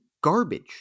garbage